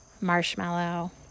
marshmallow